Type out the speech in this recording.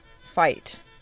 fight